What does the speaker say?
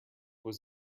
was